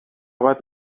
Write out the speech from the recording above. bat